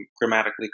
grammatically